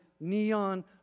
neon